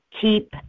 Keep